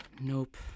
Nope